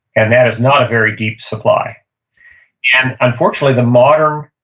and that is not a very deep supply and unfortunately, the modern,